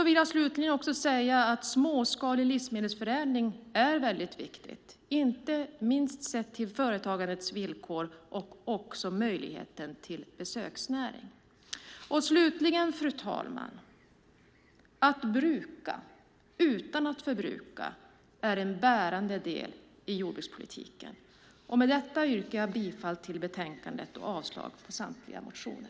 Vidare är småskalig livsmedelsförädling viktigt, inte minst sett till företagandets villkor och möjligheter till besöksnäring. Fru talman! Att bruka utan att förbruka är en bärande del i jordbrukspolitiken. Jag yrkar bifall till förslaget i betänkandet och avslag på samtliga motioner.